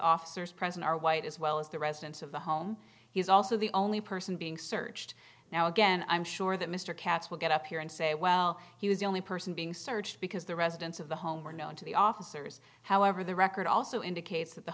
officers present are white as well as the residents of the home he's also the only person being searched now again i'm sure that mr katz will get up here and say well he was the only person being searched because the residents of the home were known to the officers however the record also indicates that the